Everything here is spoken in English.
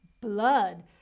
blood